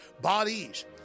Bodies